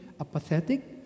apathetic